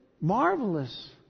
marvelous